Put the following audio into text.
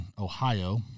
Ohio